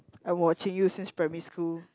I'm watching you since primary school